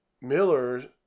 Miller